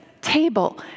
table